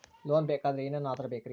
Loan ಬೇಕಾದ್ರೆ ಏನೇನು ಆಧಾರ ಬೇಕರಿ?